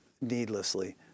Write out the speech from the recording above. needlessly